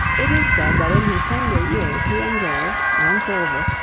it is said that in his tender years he engraved, on silver,